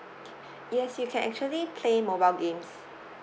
yes you can actually play mobile games